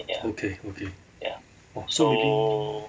okay okay !wah! so